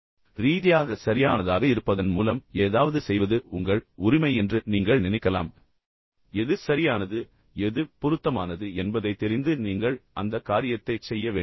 எனவே நெறிமுறை ரீதியாக சரியானதாக இருப்பதன் மூலம் ஏதாவது செய்வது உங்கள் உரிமை என்று நீங்கள் நினைக்கலாம் என்று நான் சொன்னேன் ஆனால் எது சரியானது எது பொருத்தமானது என்பதை நீங்கள் எப்போதும் மனதில் வைத்திருக்க வேண்டும் பின்னர் நீங்கள் அந்த காரியத்தைச் செய்ய வேண்டும்